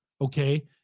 okay